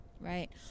Right